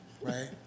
right